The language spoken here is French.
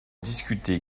discuter